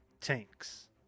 Tanks